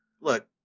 look